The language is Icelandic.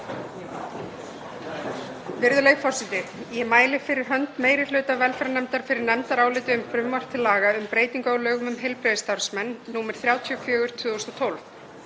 Virðulegi forseti. Ég mæli fyrir hönd meiri hluta velferðarnefndar fyrir nefndaráliti um frumvarp til laga um breytingu á lögum um heilbrigðisstarfsmenn, nr. 34/2012.